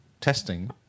testing